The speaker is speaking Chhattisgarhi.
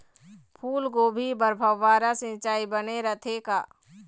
फूलगोभी बर फव्वारा सिचाई बने रथे का?